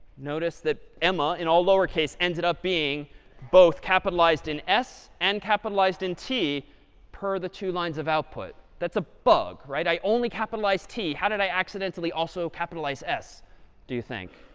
notice, that emma in all lowercase ended up being both capitalized in s and capitalized in t per the two lines of output. that's a bug? right? i only capitalized t, how did i accidentally also capitalize s do you think?